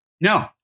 No